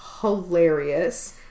hilarious